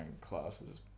classes